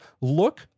Look